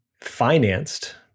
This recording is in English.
financed